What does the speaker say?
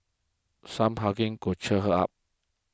some hugging could cheer her up